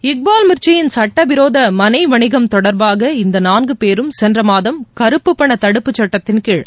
இக்பால் மிர்ச்சியின் சுட்டவிரோத மனை வணிகம் தொடர்பாக இந்த நான்கு பேரும் சென்ற மாதம் கருப்புப்பண தடுப்பு சுட்டத்தின்கீழ்